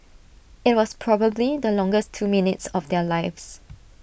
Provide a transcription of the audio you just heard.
IT was probably the longest two minutes of their lives